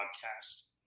broadcast